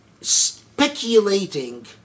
speculating